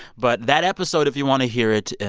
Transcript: but that episode, if you want to hear it,